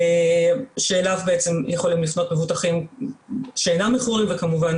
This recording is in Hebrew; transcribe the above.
שאליו יכולים לפנות מבוטחים שאינם מכורים וכמובן